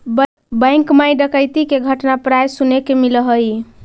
bank मैं डकैती के घटना प्राय सुने के मिलऽ हइ